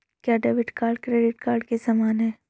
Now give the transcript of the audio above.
क्या debit card credit card के समान है?